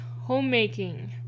homemaking